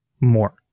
more